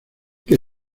que